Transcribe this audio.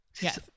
Yes